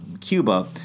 Cuba